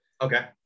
okay